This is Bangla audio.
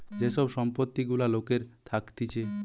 যে সব সম্পত্তি গুলা লোকের থাকতিছে